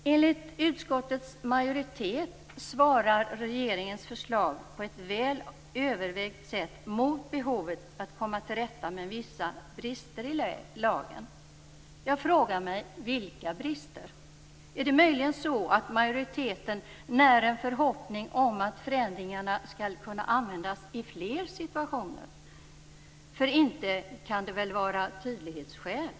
Enligt utskottets majoritet svarar regeringens förslag på ett väl övervägt sätt mot behovet att komma till rätta med vissa brister i lagen. Jag frågar mig: Vilka brister? Är det möjligen så att majoriteten när en förhoppning om att förändringarna skall kunna användas i fler situationer? För inte kan det väl gälla exempelvis tydlighetsskäl?